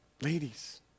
ladies